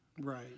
Right